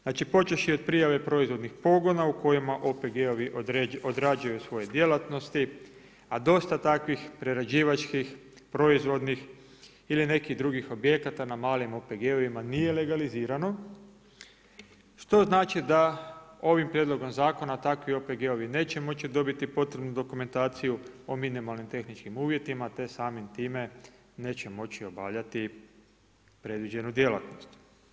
Znači počevši od prijave proizvodnih pogona u kojima OPG-ovim odrađuju svoje djelatnosti, a dosta takvih prerađivačkih proizvodnih ili nekih drugih objekata na malim OPG-ovima nije legalizirano, što znači da ovim Prijedlogom zakona takvi OPG-ovi neće moći dobiti potrebnu dokumentaciju o minimalnim tehničkim uvjetima te samim time neće moći obavljati predviđenu djelatnost.